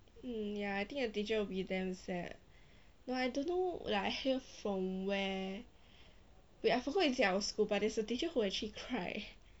mm ya I think the teacher will be damn sad no I don't know like I hear from where wait I forgot is it from our school but there is a teacher who actually cried